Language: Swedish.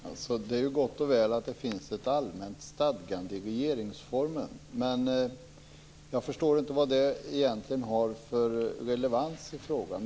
Fru talman! Det är gott och väl att det finns ett allmänt stadgande i regeringsformen. Men jag förstår inte vad det egentligen har för relevans i frågan.